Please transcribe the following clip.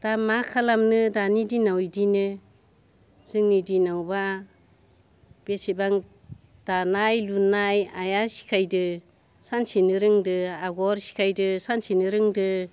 दा मा खालामनो दानि दिनाव एदिनो जोंनि दिनावबा बेसेबा दानाय लुनाय आइया सिखायदो सानसेनो रोंदो आगर सिखायदो सानसेनो रोंदो